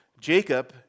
Jacob